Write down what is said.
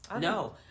no